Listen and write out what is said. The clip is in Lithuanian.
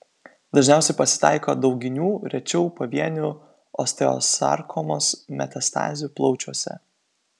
dažniausiai pasitaiko dauginių rečiau pavienių osteosarkomos metastazių plaučiuose